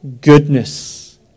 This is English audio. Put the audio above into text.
goodness